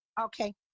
Okay